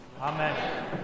Amen